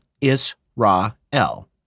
Is-Ra-El